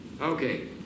Okay